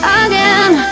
again